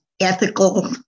ethical